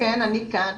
אני כאן.